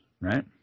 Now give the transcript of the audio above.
right